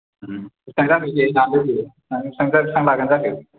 बेसेबां जाखो दे सानदो दे बेसेबां लागोन जाखो